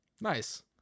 Nice